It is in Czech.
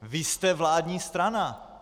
Vy jste vládní strana.